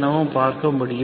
எனவும் பார்க்கமுடியும்